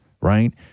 right